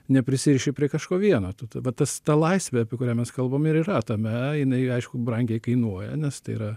neprisiriši prie kažko vieno tu ta va tas ta laisvė apie kurią mes kalbam ir yra tame jinai aišku brangiai kainuoja nes tai yra